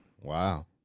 Wow